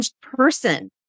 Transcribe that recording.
person